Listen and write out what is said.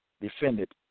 defended